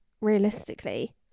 realistically